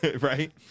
Right